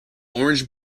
orange